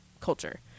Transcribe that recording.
culture